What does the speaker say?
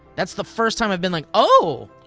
that's the first time i've been like oh,